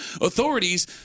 authorities